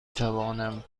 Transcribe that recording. توانم